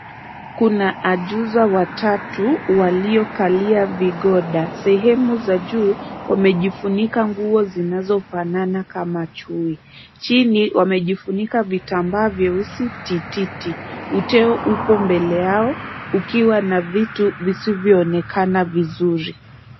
Kuna ajuza watatu waliokalia vigoda. Sehemu za juu wamejifunika nguo zinazofanana kama chui. Chini wamejifunika vitambaa vyeusi tititi. Uteo upo mbele yao ukiwa na vitu visivyoonekana vizuri.